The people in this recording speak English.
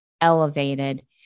elevated